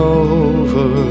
over